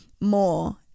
more